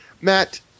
Matt –